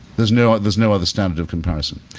there's no there's no other stand of comparison.